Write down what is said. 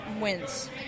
wins